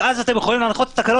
אז זה בדיוק מה שניסינו לעשות כאן,